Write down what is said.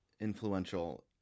influential